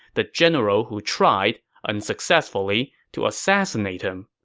the general who tried, unsuccessfully, to assassinate him?